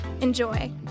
Enjoy